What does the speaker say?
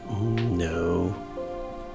No